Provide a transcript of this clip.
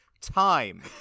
time